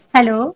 Hello